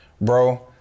Bro